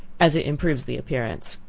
as it improves the appearance.